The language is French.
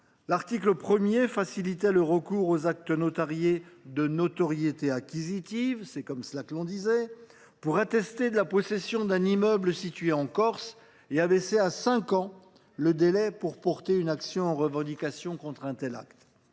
l’article 1 facilitait le recours aux actes notariés de notoriété acquisitive pour attester de la possession d’un immeuble situé en Corse et abaissait à cinq ans le délai pour porter une action en revendication contre un tel acte.